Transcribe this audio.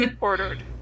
ordered